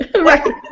Right